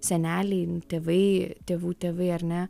seneliai tėvai tėvų tėvai ar ne